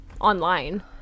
online